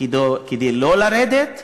כדי לא לרדת,